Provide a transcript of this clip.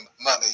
money